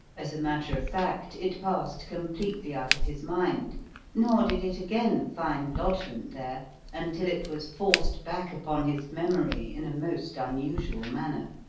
as a matter of fact, it passed completely out of his mind nor did it again find lodgment there until it was forced back upon his memory in a most unusual manner.